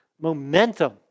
momentum